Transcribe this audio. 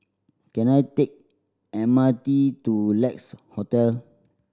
can I take M R T to Lex Hotel